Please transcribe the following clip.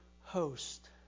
host